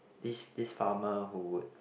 this this farmer who would